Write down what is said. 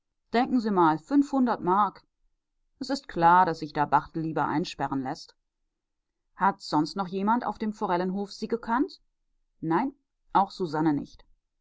denken sie mal fünfhundert mark es ist klar daß sich da barthel lieber einsperren läßt hat sonst noch jemand auf dem forellenhof sie gekannt nein auch susanne nicht